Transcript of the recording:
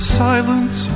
silence